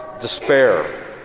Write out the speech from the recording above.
despair